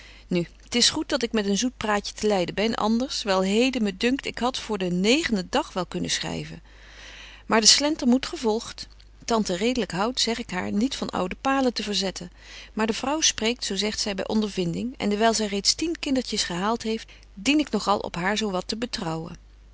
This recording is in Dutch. nu t is goed dat ik met een zoet praatje te leiden ben anders wel heden me dunkt ik had voor den negenden dag wel kunnen schryven maar de slenter moet gevolgt tante redelyk houdt zeg ik haar niet van oude palen te verzetten maar de vrouw spreekt zo zegt zy by ondervinding en dewyl zy reeds tien kindertjes gehaalt heeft dien ik nog al op haar zo wat te betrouwen